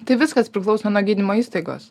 tai viskas priklauso nuo gydymo įstaigos